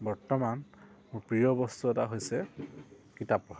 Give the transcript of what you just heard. বৰ্তমান মোৰ প্ৰিয় বস্তু এটা হৈছে কিতাপ পঢ়া